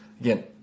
Again